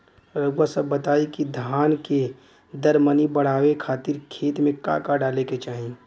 रउआ सभ बताई कि धान के दर मनी बड़ावे खातिर खेत में का का डाले के चाही?